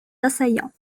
assaillants